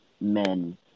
men